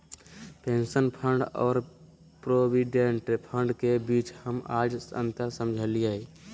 pension fund और provident fund के बीच हम आज अंतर समझलियै